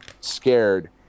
scared